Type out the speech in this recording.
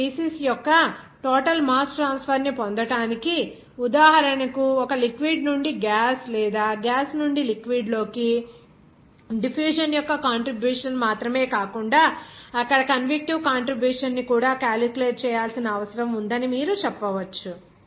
ఇప్పుడు స్పీసీస్ యొక్క total mass transfer ని పొందటానికి ఉదాహరణకు ఒక లిక్విడ్ నుండి గ్యాస్ లేదా గ్యాస్ నుండి లిక్విడ్ లోకి డిఫ్యూషన్ యొక్క కాంట్రిబ్యూషన్ మాత్రమే కాకుండా అక్కడ కన్విక్టీవ్ కాంట్రిబ్యూషన్ ని కూడా క్యాలిక్యులేట్ చేయాల్సిన అవసరం ఉందని మీరు చెప్పవచ్చు